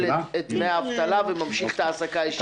את דמי האבטלה וממשיך בהעסקה הישירה?